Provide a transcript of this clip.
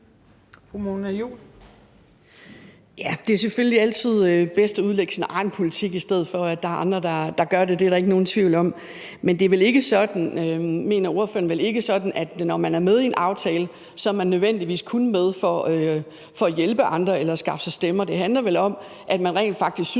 Det er selvfølgelig altid bedst at udlægge sin egen politik, i stedet for at andre gør det – det er der ikke nogen tvivl om. Men ordføreren mener vel ikke, at det er sådan, at man, når man er med i en aftale, så nødvendigvis kun er med for at hjælpe andre eller skaffe sig stemmer? Det handler vel om, at man rent faktisk synes,